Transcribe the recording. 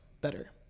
better